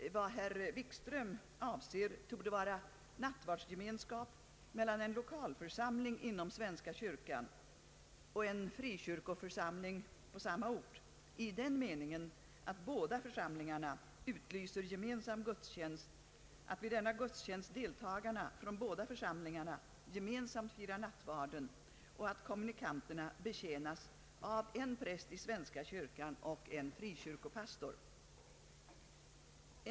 Vad herr Wikström avser torde vara nattvardsgemenskap mellan en lokalförsamling inom svenska kyrkan och en frikyrkoförsamling på samma ort i den meningen, att båda församlingarna utlyser gemensam gudstjänst, att vid denna gudstjänst deltagarna från båda församlingarna gemensamt firar nattvarden och att kommunikanterna betjänas av en präst i svenska kyrkan och en frikyrkopastor.